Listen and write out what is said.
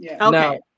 Okay